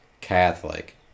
Catholic